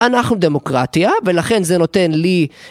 אנחנו דמוקרטיה, ולכן זה נותן לי...